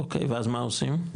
אוקי, ואז מה עושים?